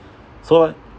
so